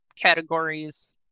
categories